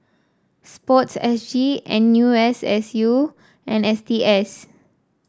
sports S G N U S S U and S T S